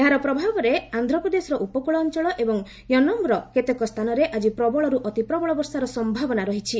ଏହାର ପ୍ରଭାବରେ ଆନ୍ଧ୍ରପ୍ରଦେଶର ଉପକୂଳ ଅଞ୍ଚଳ ଏବଂ ୟନମ୍ର କେତେକ ସ୍ଥାନରେ ଆଜି ପ୍ରବଳରୁ ଅତି ପ୍ରବଳ ବର୍ଷା ହେବା ସମ୍ଭାବନା ରହିଛି